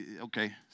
Okay